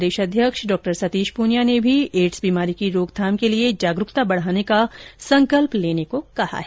भाजपा प्रदेश अध्यक्ष डॉ सतीश पूनिया ने भी एड्स बीमारी की रोकथाम के लिए जागरूकता बढ़ाने का संकल्प लेने को कहा है